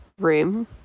room